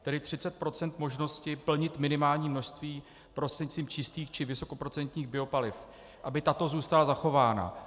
Tedy 30 % možnosti plnit minimální množství čistých či vysokoprocentních biopaliv, aby tato zůstala zachována.